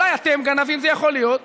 אולי אתם גנבים, זה יכול להיות.